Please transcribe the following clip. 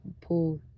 pool